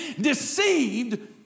deceived